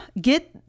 get